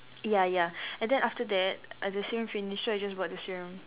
ya ya and then after that the serum finish so I just bought the serum